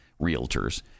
realtors